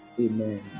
Amen